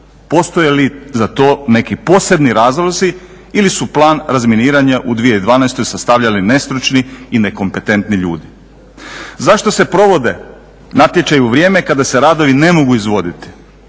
Postoje li za to neki posebni razlozi ili su plan razminiranja u 2012. sastavljali nestručni i nekompetentni ljudi? Zašto se provode natječaji u vrijeme kada se radovi ne mogu izvoditi,